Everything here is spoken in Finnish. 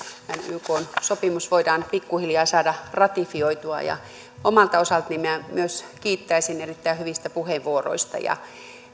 ykn sopimus voidaan pikkuhiljaa saada ratifioitua myös minä omalta osaltani kiittäisin erittäin hyvistä puheenvuoroista ja